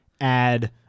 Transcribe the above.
add